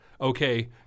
okay